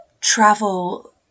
travel